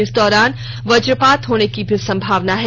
इस दौरान वजपात होने की भी संभावना है